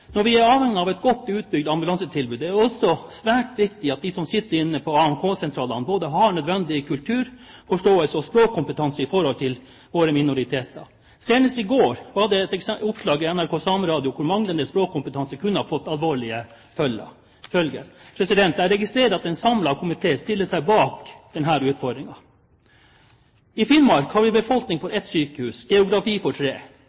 Når vi er så avhengig av et godt utbygd ambulansetilbud, er det også svært viktig at de som sitter på AMK-sentralene, har både nødvendig kulturforståelse og språkkompetanse med tanke på våre minoriteter. Senest i går var det et oppslag i NRK Sámi Radio hvor manglende språkkompetanse kunne fått alvorlige følger. Jeg registrerer at en samlet komité stiller seg bak denne utfordringen. I Finnmark har vi befolkning for ett sykehus, geografi for tre.